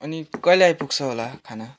अनि कहिले आइपुग्छ होला खाना